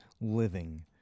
living